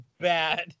bad